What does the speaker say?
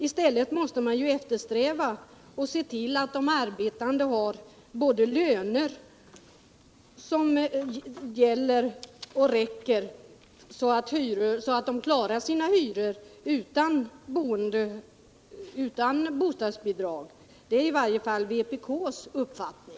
I stället måste man eftersträva att de arbetande får sådana löner att de kan klara sina hyror utan bostadsbidrag. Det är i varje fall vpk:s uppfattning.